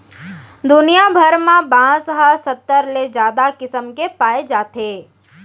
दुनिया भर म बांस ह सत्तर ले जादा किसम के पाए जाथे